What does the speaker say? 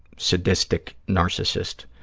sadistic narcissist.